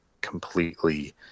completely